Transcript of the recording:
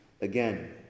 again